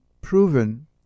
proven